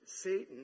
Satan